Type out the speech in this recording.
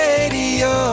Radio